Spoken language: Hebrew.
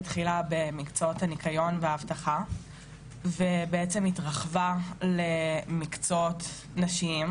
התחילה במקצועות הניקיון והאבטחה השונים ובעצם התרחבה למקצועות נשיים